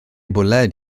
bwled